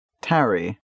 Tarry